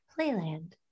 Playland